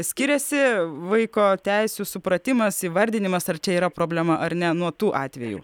skiriasi vaiko teisių supratimas įvardinimas ar čia yra problema ar ne nuo tų atvejų